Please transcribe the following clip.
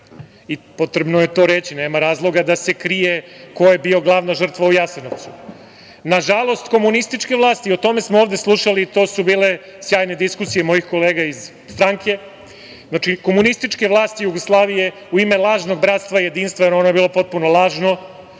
i potrebno je to reći, nema razloga da se krije ko je bio glavna žrtva u Jasenovcu. Nažalost, komunističke vlasti i o tome smo ovde slušali, to su bile sjajne diskusije mojih kolega iz stranke, znači komunističke vlasti Jugoslavije u ime lažnog bratstva i jedinstva, jer ono je bilo potpuno lažno,